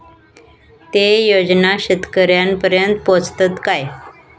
ते योजना शेतकऱ्यानपर्यंत पोचतत काय?